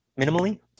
minimally